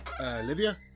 Olivia